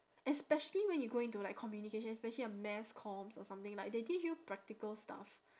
especially when you go into like communications especially a mass comms or something like they teach you practical stuff